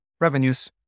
revenues